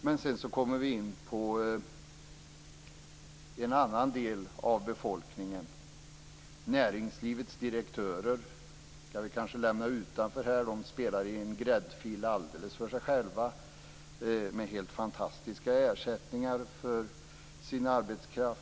Men sedan kommer vi in på en annan del av befolkningen. Näringslivets direktörer skall vi kanske lämna utanför. De spelar i en gräddfil alldeles för sig själva med helt fantastiska ersättningar för sin arbetskraft.